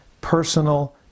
personal